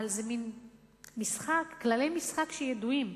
אבל אלה כללי משחק שידועים,